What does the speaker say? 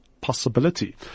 possibility